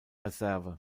reserve